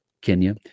Kenya